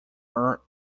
are